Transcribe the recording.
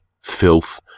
filth